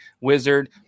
Wizard